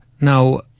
Now